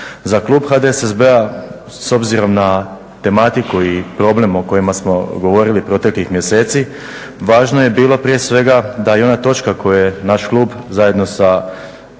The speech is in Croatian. Za klub HDSSB-a s obzirom na tematiku i problem o kojima smo govorili proteklih mjeseci, važno je bilo prije svega da i ona točka koju je naš klub zajedno sa